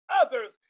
others